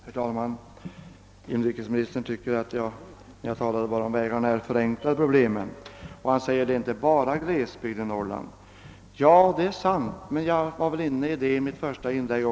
Herr talman! Inrikesministern tyckte att jag förenklade problemen, när jag bara talade om vägarna. Han sade att Norrland består inte bara av glesbygd. Detta är riktigt, och jag var också inne på det i mitt första inlägg.